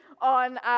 on